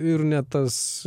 ir ne tas